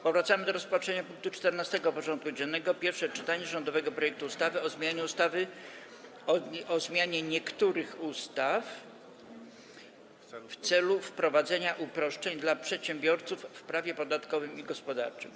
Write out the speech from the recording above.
Powracamy do rozpatrzenia punktu 14. porządku dziennego: Pierwsze czytanie rządowego projektu ustawy o zmianie niektórych ustaw w celu wprowadzenia uproszczeń dla przedsiębiorców w prawie podatkowym i gospodarczym.